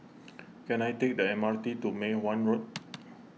can I take the M R T to Mei Hwan Road